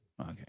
Okay